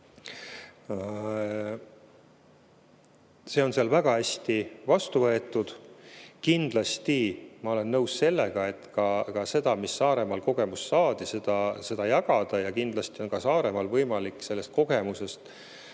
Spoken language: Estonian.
See on seal väga hästi vastu võetud. Kindlasti ma olen nõus sellega, et ka seda kogemust, mis Saaremaal saadi, jagada. Kindlasti on ka Saaremaal võimalik sellest kogemusest